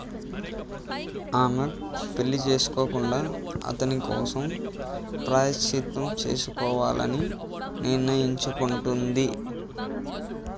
ఆమ పెళ్ళి చేసుకోకుండా అతని కోసం ప్రాయశ్చిత్తం చేసుకోవాలని నిర్ణయించుకుంటుంది